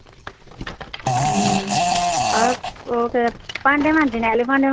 भांडे मांजने आह्ले भांडे म